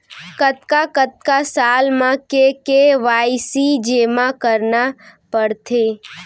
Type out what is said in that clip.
कतका कतका साल म के के.वाई.सी जेमा करना पड़थे?